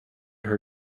her